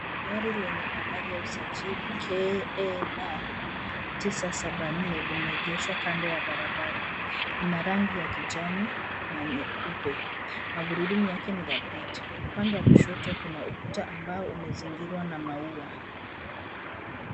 Gari lenye nambari ya usajili KEB 974 limeegeshwa kando ya barabara. Lina rangi ya kijani na nyeupe. Magurudumu yake ni dhabiti. Upande wa kushoto kuna ukuta ambao umezingirwa na maua.